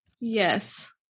Yes